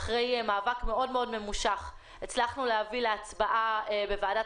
אחרי מאבק מאוד מאוד ממושך הצלחנו להביא להצבעה בוועדת